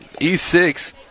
E6